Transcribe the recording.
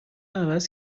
عوض